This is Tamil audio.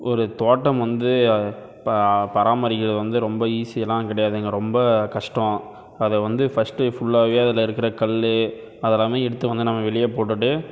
ஒரு தோட்டம் வந்து பா பராமரிக்கிறது வந்து ரொம்ப ஈஸியலாம் கிடையாதுங்க ரொம்ப கஷ்டம் அதை வந்து ஃபஸ்ட்டு ஃபுல்லாகவே அதில் இருக்கிற கல் அதெல்லாம் எடுத்து வந்து நம்ம வெளியே போட்டுவிட்டு